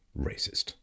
racist